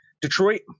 Detroit